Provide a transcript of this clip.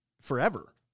forever